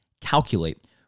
Calculate